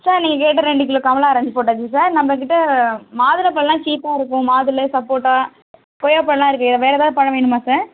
sir நீங்கள் கேட்ட ரெண்டு கிலோ கமலா ஆரஞ்ச் போட்டாச்சு சார் நம்மக்கிட்ட மாதுளம்பழல்லாம் சீப்பாக இருக்கும் மாதுளை சப்போட்டா கொய்யா பழல்லாம் இருக்குது வேறே எதாவது பழம் வேணுமா சார்